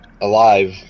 alive